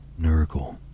Nurgle